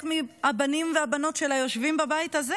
מהבנים והבנות של היושבים בבית הזה.